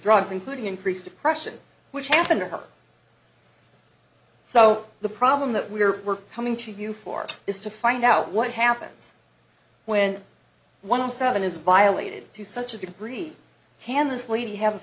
drugs including increased depression which happened to her so the problem that we're we're coming to you for is to find out what happens when one seven is violated to such a degree can this lady have a